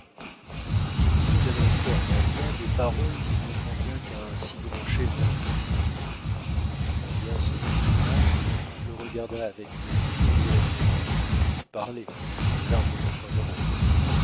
je voudrais adresser à magua des paroles qu'il ne convient qu'à un si grand chef d'entendre l'indien se retourna le regarda avec mépris et lui répondit parlez les arbres n'ont point d'oreilles